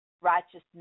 righteousness